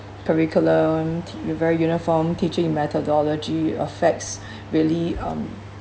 curriculum a very uniform teaching methodology affects really um